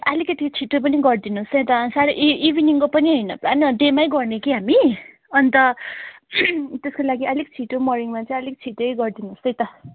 अलिकति छिटै पनि गरिदिनुहोसै त साह्रै ई इभिनिङको पनि होइन प्लान डेमै गर्ने कि हामी अन्त त्यसको लागि अलिक छिटो मर्निङमा चाहिँ अलिक छिटै गरिदिनुहोसै त